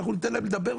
אנחנו ניתן להם לדבר,